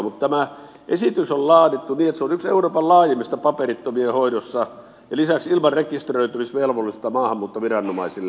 mutta tämä esitys on laadittu niin että se on yksi euroopan laajimmista paperittomien hoidossa ja lisäksi ilman rekisteröitymisvelvollisuutta maahanmuuttoviranomaisille